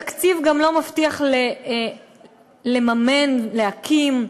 התקציב גם לא מבטיח לממן, להקים,